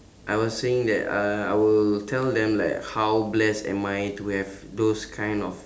I was saying that uh I will tell them like how blessed am I to have those kind of